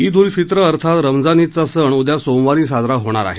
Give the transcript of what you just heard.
ईद उल फित्र अर्थात रमजान ईदचा सण उदया सोमवारी साजरा होणार आहे